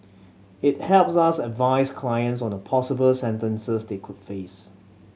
it helps us advise clients on the possible sentences they could face